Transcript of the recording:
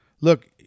Look